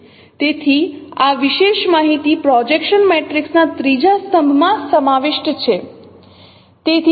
તેથી આ વિશેષ માહિતી પ્રોજેક્શન મેટ્રિક્સના ત્રીજા સ્તંભમાં સમાવિષ્ટ છે